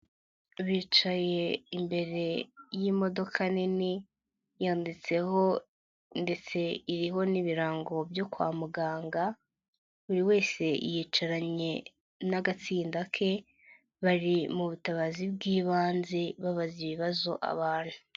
Bicaye imbere y'imodoka nini yanditseho ndetse iriho n'ibirango byo kwa muganga, buri wese yicaranye n'agatsinda, ke bari mu butabazi bw'ibanze babaza ibibazo abantu.